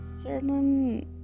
certain